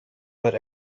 but